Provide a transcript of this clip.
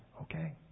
Okay